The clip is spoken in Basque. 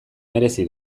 merezi